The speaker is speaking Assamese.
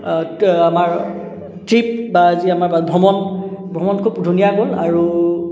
আমাৰ ট্ৰিপ বা আমাৰ যি আমাৰ বা ভ্ৰমণ ভ্ৰমণ খুব ধুনীয়া গ'ল আৰু